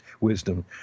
wisdom